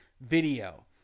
video